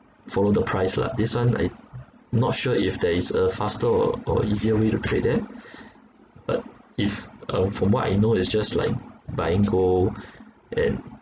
follow the price lah this one I not sure if there is a faster or or easier way to trade there but if um from what I know it's just like buying gold and